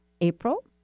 April